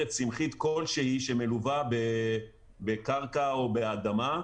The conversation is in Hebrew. צמחית כלשהי שמלווה בקרקע או באדמה,